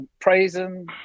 praising